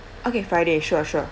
okay friday sure sure